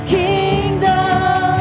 kingdom